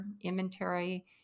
inventory